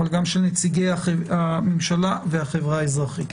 אבל גם של נציגי הממשלה והחברה האזרחית.